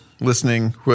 Listening